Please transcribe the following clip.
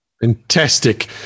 Fantastic